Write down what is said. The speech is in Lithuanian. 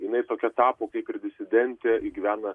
jinai tokia tapo kaip ir disidentė ji gyvena